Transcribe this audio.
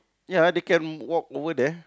ya they can walk over there